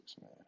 man